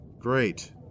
Great